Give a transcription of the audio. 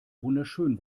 wunderschön